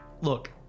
look